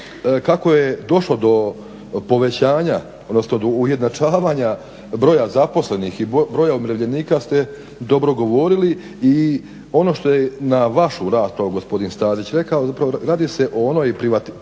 kako je došlo do ujednačavanja broja zaposlenih i broja umirovljenika ste dobro govorili. I ono što je na vašu raspravu gospodin Stazić rekao zapravo radi se o onoj prihvatizaciji